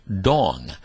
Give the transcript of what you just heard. Dong